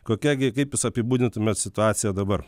kokia gi kaip jūs apibūdintumėt situaciją dabar